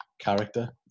character